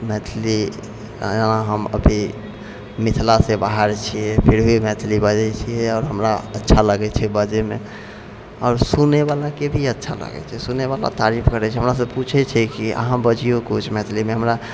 मैथिली अहाँ हम अभी मिथिलासँ बाहर छियै फिर भी मैथिली बजैत छियै आओर हमरा अच्छा लागैत छै बजैमे आओर सुनैवालाके भी अच्छा लगैत छै सुनैवाला तारीफ करैत छै हमरासँ पूछै छै कि अहाँ बजिऔ किछु मैथिलीमे हमरा